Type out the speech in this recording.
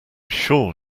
sure